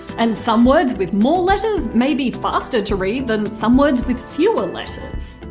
and some words with more letters may be faster to read than some words with fewer letters.